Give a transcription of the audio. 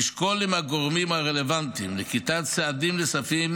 נשקול עם הגורמים הרלוונטיים נקיטת צעדים נוספים,